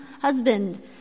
husband